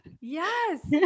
Yes